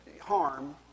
harm